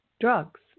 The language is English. drugs